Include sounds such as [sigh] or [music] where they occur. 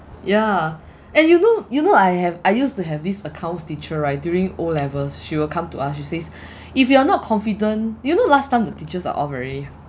yeah and you know you know I have I used to have this accounts teacher right during O levels she will come to us she says [breath] if you're not confident you know last time the teachers are all very